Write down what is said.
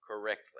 correctly